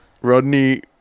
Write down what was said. Rodney